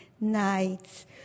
nights